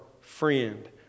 friend